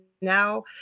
now